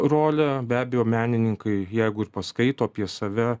rolę be abejo menininkai jeigu ir paskaito apie save